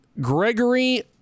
Gregory